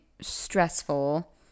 stressful